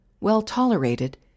well-tolerated